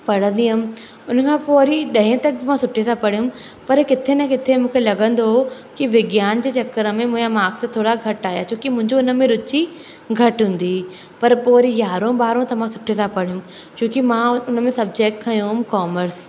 पढ़ंदी हुअमि उन खां पोइ वरी ॾहें तक मां सुठे सां पढ़ियमि पर किथे न किथे मूंखे लॻंदो की विज्ञान जे चकर में मुंहिंजा माक्स थोरा घटि आहियां छो की मुंहिंजो हुन में रूचि घटि हूंदी पर पोइ वरी यारहों ॿारहों त मां सुठे सां पढ़ियमि छो की मां उन में सब्जेक्ट खयमि कॉमर्स